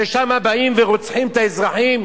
ששם באים ורוצחים את האזרחים?